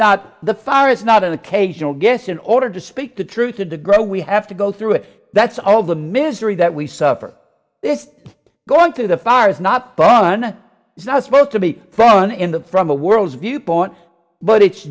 not the father is not an occasional guess in order to speak the truth had to grow we have to go through it that's all the mystery that we suffer this going through the fire is not fun it's not supposed to be fun in the from the world's viewpoint but it's